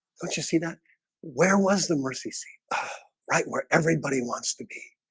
don't you see that where was the mercy seat right where everybody wants to be?